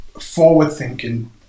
forward-thinking